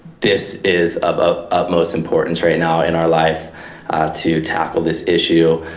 this is of ah utmost importance right now in our life to tackle this issue.